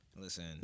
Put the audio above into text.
Listen